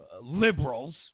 liberals